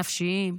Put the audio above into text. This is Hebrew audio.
נפשיים,